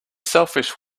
selfish